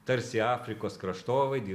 tarsi afrikos kraštovaidį